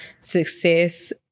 success